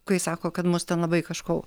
kai sako kad mus ten labai kažko